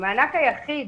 המענק היחיד